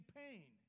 pain